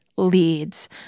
leads